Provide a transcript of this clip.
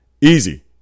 easy